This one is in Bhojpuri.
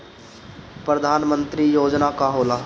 परधान मंतरी योजना का होला?